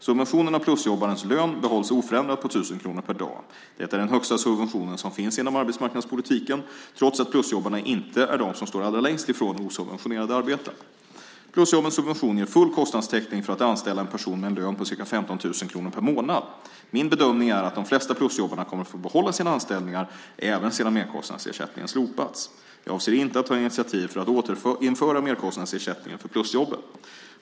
Subventionen av plusjobbarens lön behålls oförändrad på 1 000 kronor per dag. Detta är den högsta subventionen som finns inom arbetsmarknadspolitiken, trots att plusjobbarna inte är de som står allra längst från osubventionerade arbeten. Plusjobbens subvention ger full kostnadsteckning för att anställa en person med en lön på ca 15 000 kronor per månad. Min bedömning är att de flesta plusjobbarna kommer att få behålla sina anställningar även sedan merkostnadsersättningen slopats. Jag avser inte att ta initiativ för att återinföra merkostnadsersättningen för plusjobben.